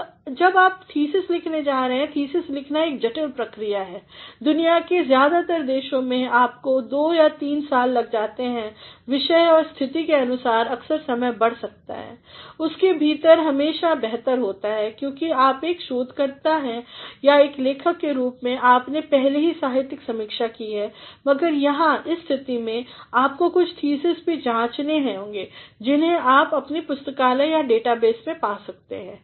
अब जब आप थीसिस लिखने जा रहे हैं थीसिस लिखना एक जटिल प्रक्रिया है दुनिया के ज़्यादातर देशों में आपको दो या तीन साल दिए जाते हैं विषय और स्थिति के अनुसार अक्सर समय बढ़ सकता है उसके भीतर हमेशा बेहतर है क्योंकि आप एक शोधकर्ता या एक लेखक के रूप में आपने पहले ही साहित्यिक समीक्षा की है मगर यहाँ इस स्थिति में आपको कुछ थीसिस भी जांचने होंगे जिन्हें आप अपनी पुस्तकालय या डेटाबेस में पा सकते हैं